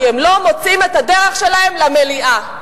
כי הם לא מוצאים את הדרך שלהם למליאה.